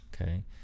okay